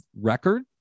record